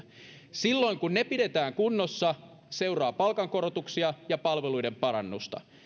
silloin kun ne pidetään kunnossa seuraa palkankorotuksia ja palveluiden parannusta